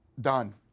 done